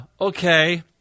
okay